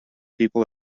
people